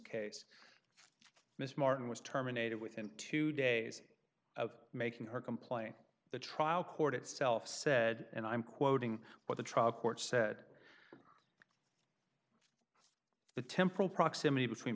case mr martin was terminated within two days of making her complaint the trial court itself said and i'm quoting what the trial court said the temporal proximity between